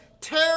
tear